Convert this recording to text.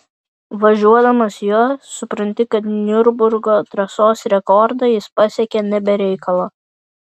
važiuodamas juo supranti kad niurburgo trasos rekordą jis pasiekė ne be reikalo